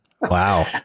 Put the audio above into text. Wow